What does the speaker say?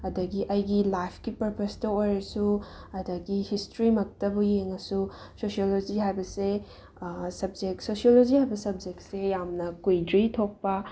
ꯑꯗꯒꯤ ꯑꯩꯒꯤ ꯂꯥꯏꯐꯀꯤ ꯄꯔꯄꯁꯇ ꯑꯣꯏꯔꯁꯨ ꯑꯗꯒꯤ ꯍꯤꯁꯇ꯭ꯔꯤ ꯃꯛꯇꯕꯨ ꯌꯦꯡꯉꯁꯨ ꯁꯣꯁꯤꯌꯣꯂꯣꯖꯤ ꯍꯥꯏꯕꯁꯦ ꯁꯕꯖꯦꯛ ꯁꯣꯁꯤꯌꯣꯂꯣꯖꯤ ꯍꯥꯏꯕ ꯁꯕꯖꯦꯛꯁꯦ ꯌꯥꯝꯅ ꯀꯨꯏꯗ꯭ꯔꯤ ꯊꯣꯛꯄ